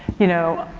you know,